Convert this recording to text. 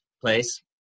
place